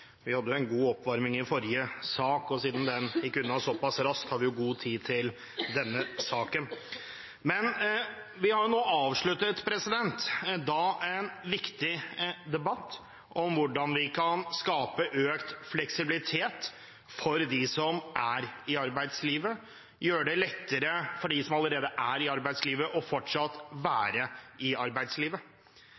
Vi hadde en god oppvarming i forrige sak, og siden den gikk unna såpass raskt, har vi god tid til denne saken. Vi har nå avsluttet en viktig debatt om hvordan vi kan skape økt fleksibilitet for dem som er i arbeidslivet, og gjøre det lettere for dem som allerede er i arbeidslivet, fortsatt å være i arbeidslivet.